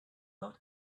got